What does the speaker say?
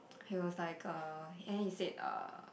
he was like uh and he said uh